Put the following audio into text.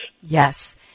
Yes